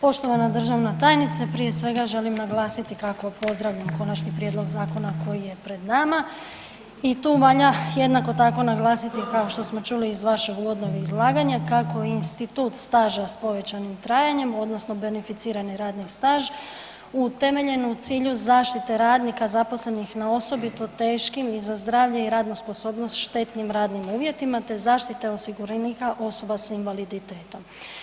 Poštovana državna tajnice, prije svega želim naglasiti kako pozdravljamo konačni prijedlog zakona koji je pred nama i tu valja jednako tako naglasiti kao što smo čuli i iz vašeg uvodnog izlaganja kako je institut staža s povećanim trajanjem odnosno beneficirani radni staž utemeljen u cilju zaštite radnika zaposlenih na osobito teškim i za zdravlje i radnu sposobnost štetnim radnim uvjetima, te zaštite osiguranika osoba sa invaliditetom.